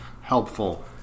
helpful